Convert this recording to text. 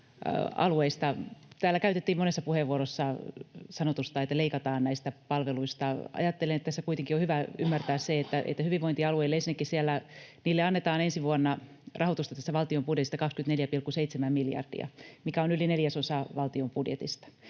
Täällä käytettiin monessa puheenvuorossa sanoitusta, että leikataan palveluista. Ajattelen, että tässä kuitenkin on hyvä ymmärtää, että hyvinvointialueille ensinnäkin annetaan ensi vuonna rahoitusta valtion budjetissa 24,7 miljardia, mikä on yli neljäsosa valtion budjetista.